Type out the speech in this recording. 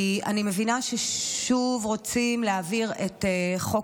כי אני מבינה ששוב רוצים להעביר את החוק